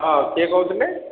ହଁ କିଏ କହୁଥିଲେ